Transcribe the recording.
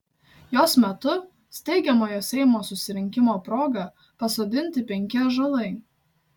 jos metu steigiamojo seimo susirinkimo proga pasodinti penki ąžuolai